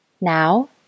Now